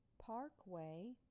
parkway